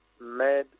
made